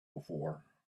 before